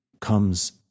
comes